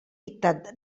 dictat